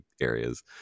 areas